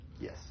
Yes